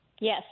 Yes